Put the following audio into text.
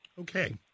Okay